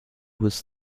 was